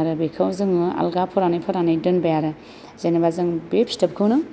आरो बेखौ जोङो आलागा फोरानै फोरानै दोनबाय आरो जेनेबा जों बे फिथोबखौनो